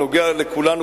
הוא נוגע לכולנו,